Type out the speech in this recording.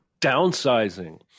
Downsizing